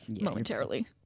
momentarily